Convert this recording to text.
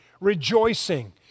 rejoicing